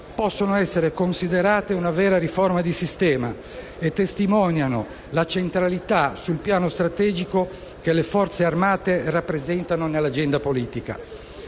possono essere considerate una vera riforma di sistema e testimoniano la centralità, sul piano strategico, che le Forze armate rappresentano nell'agenda politica.